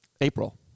April